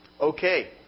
Okay